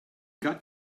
got